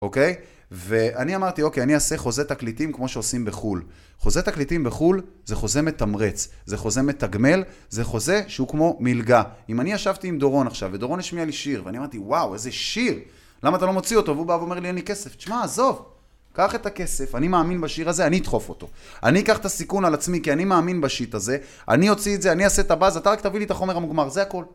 אוקיי? ואני אמרתי, אוקיי, אני אעשה חוזה תקליטים כמו שעושים בחו״ל. חוזה תקליטים בחו״ל זה חוזה מתמרץ. זה חוזה מתגמל. זה חוזה שהוא כמו מלגה. אם אני ישבתי עם דורון עכשיו, ודורון השמיע לי שיר, ואני אמרתי, וואו, איזה שיר! למה אתה לא מוציא אותו? והוא בא ואומר לי, אין לי כסף. תשמע, עזוב! קח את הכסף, אני מאמין בשיר הזה, אני אדחוף אותו. אני אקח את הסיכון על עצמי, כי אני מאמין בשיט הזה. אני אוציא את זה, אני אעשה את הבאז, אתה רק תביא לי את החומר המוגמר, זה הכל.